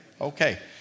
Okay